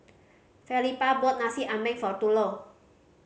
Felipa brought Nasi Ambeng for Thurlow